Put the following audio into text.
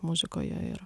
muzikoje ir